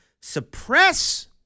suppress